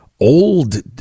old